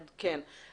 בדיוק, כן.